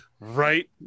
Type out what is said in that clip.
right